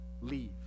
leave